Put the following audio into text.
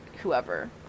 whoever